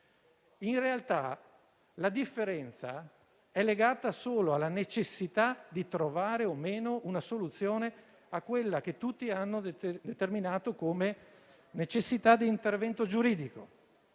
In realtà, la differenza è legata solo alla volontà di trovare o meno una soluzione a quella che tutti hanno determinato come necessità di intervento giuridico